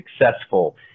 successful